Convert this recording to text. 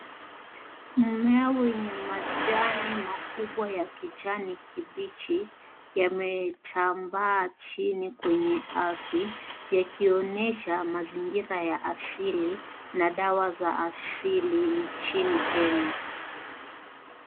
Mmea wenye majani makubwa ya kijani kibichi yametambaa chini kwenye ardhi yakionyesha mazingira ya asili na dawa za asili nchini Kenya.